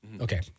Okay